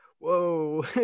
Whoa